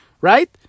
right